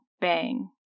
bang